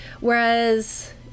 whereas